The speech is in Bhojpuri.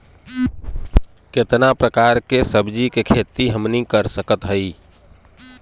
कितना प्रकार के सब्जी के खेती हमनी कर सकत हई?